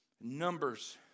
Numbers